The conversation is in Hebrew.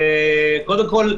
קודם כל,